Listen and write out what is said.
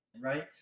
right